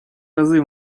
рази